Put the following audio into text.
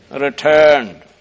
Returned